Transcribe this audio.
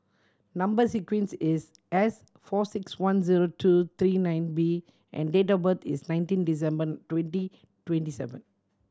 number sequence is S four six one zero two three nine B and date of birth is nineteen December twenty twenty seven